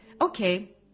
okay